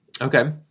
Okay